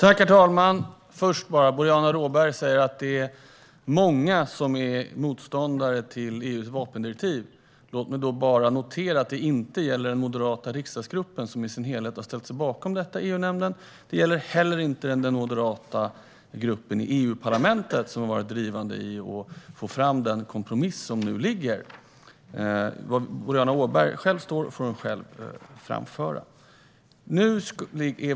Herr talman! Boriana Åberg säger att det är många som är motståndare till EU:s vapendirektiv. Det gäller dock inte den moderata riksdagsgruppen, som i sin helhet har ställt sig bakom detta i EU-nämnden. Det gäller inte heller den moderata gruppen i EU-parlamentet, som har varit drivande i att få fram den kompromiss som föreligger. Var Boriana Åberg själv står får hon själv framföra.